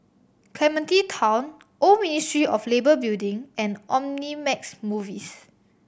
Clementi Town Old Ministry of Labour Building and Omnimax Movies